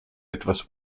etwas